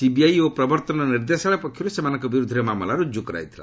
CBI ଓ ପ୍ରବର୍ତ୍ତନ ନିର୍ଦ୍ଦେଶାଳୟ ପକ୍ଷରୁ ସେମାନଙ୍କ ବିରୁଦ୍ଧରେ ମାମଲା ରୁଜୁ କରାଯାଇଥିଲା